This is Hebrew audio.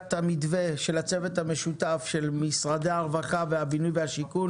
המתווה של הצוות המשותף של משרדי הרווחה והבינוי והשיכון